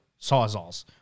Sawzalls